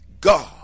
God